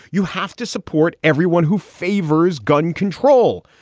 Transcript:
you have to support everyone who favors gun control.